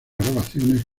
grabaciones